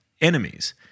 enemies